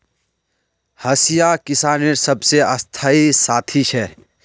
हंसिया किसानेर सबसे स्थाई साथी छे